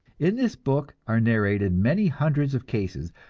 in this book are narrated many hundreds of cases,